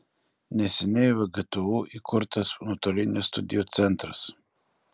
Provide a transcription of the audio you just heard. neseniai vgtu įkurtas nuotolinių studijų centras